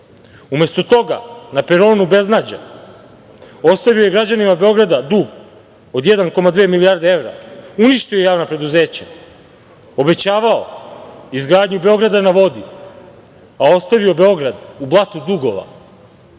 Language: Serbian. milion. Umesto toga na peronu beznađa ostavio je građanima Beograda dug od 1,2 milijarde evra, uništio javna preduzeća, obećavao izgradnju „Beograda na vodi“, a ostavio Beograd u blatu dugova.